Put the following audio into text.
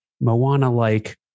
Moana-like